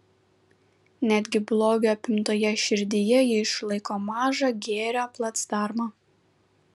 netgi blogio apimtoje širdyje ji išlaiko mažą gėrio placdarmą